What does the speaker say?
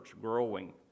growing